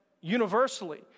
universally